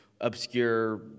obscure